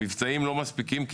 המבצעים לא מספיקים,